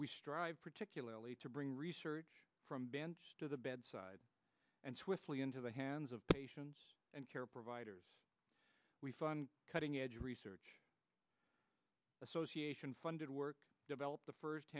we strive particularly to bring research to the bedside and swiftly into the hands of patients and care providers we fund cutting edge research association funded work develop the first